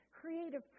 creative